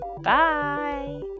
Bye